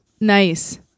Nice